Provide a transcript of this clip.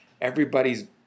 everybody's